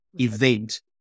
event